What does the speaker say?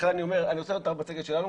לכן אני אומר: אני רוצה להראות את המצגת שלנו,